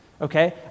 okay